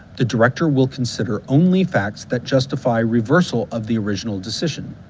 the director will consider only facts that justify reversal of the original decision.